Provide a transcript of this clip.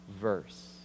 verse